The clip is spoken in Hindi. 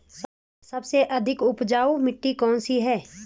सबसे अधिक उपजाऊ मिट्टी कौन सी है?